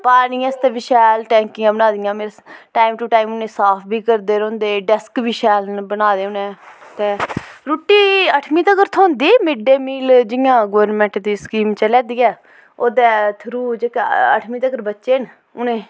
पानी आस्तै बी शैल टैंकियां बनाई दियां मिस टैम टू टैम उनें साफ़ बी करदे रौंह्दे डेस्क बी शैल न बनाए दे उनें ते रुट्टी अठमीं तगर थ्होंदी मिड डे मील जियां गौरमेंट दी स्कीम चलै दी ऐ ओह्दे थ्रू जेह्का अठमी तगर बच्चे न उनेंगी